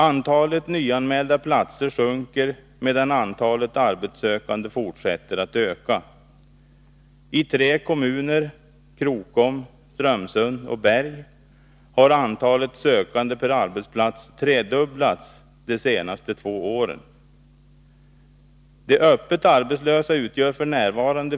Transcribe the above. Antalet nyanmälda platser sjunker, medan antalet arbetssökande fortsätter att öka. I tre kommuner — Krokom, Strömsund och Berg — har antalet sökande per arbetsplats tredubblats de senaste två åren. De öppet arbetslösa utgör f. n.